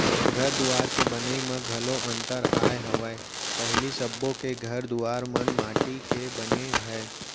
घर दुवार के बनई म घलौ अंतर आय हवय पहिली सबो के घर दुवार मन माटी के बने रहय